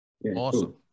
awesome